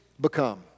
become